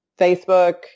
Facebook